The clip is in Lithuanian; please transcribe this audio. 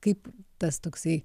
kaip tas toksai